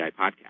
Podcast